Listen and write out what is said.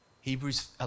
Hebrews